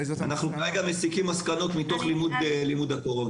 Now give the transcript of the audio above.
כרגע אנחנו מסיקים מסקנות מתוך לימוד הקורונה.